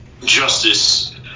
justice